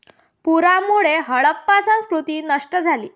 पुरामुळे हडप्पा संस्कृती नष्ट झाली